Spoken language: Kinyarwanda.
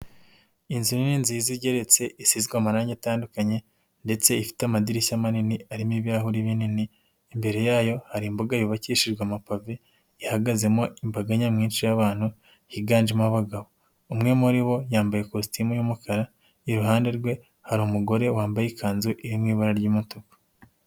Inzu nini nziza igeretse isizwe amarangi atandukanye ndetse ifite amadirishya manini arimo ibirahuri binini, imbere yayo hari imbuga yubakishijwe amapave ihagazemo imbaga nyamwinshi y'abantu higanjemo abagabo. Umwe muri bo yambaye ikositimu y'umukara, iruhande rwe hari umugore wambaye ikanzu iri mu ibara ry'umutuku.